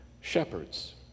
shepherds